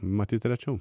matyt rečiau